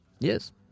Yes